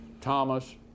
Thomas